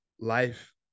life